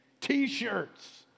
t-shirts